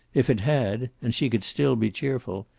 if it had, and she could still be cheerful,